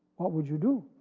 what would you do?